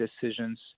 decisions